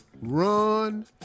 Run